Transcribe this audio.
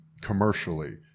commercially